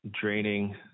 draining